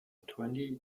twenty